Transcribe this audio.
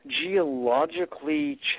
geologically